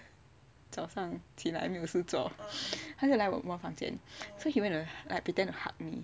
早上起来没有事做他就来我的房间 so he went to like pretend to hug me